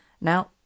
Now